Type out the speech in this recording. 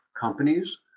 companies